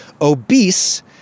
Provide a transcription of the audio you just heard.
Obese